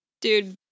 dude